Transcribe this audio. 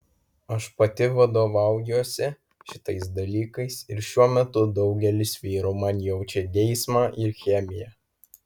aš pati vadovaujuosi šitais dalykais ir šiuo metu daugelis vyrų man jaučia geismą ir chemiją